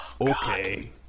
Okay